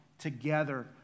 Together